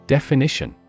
Definition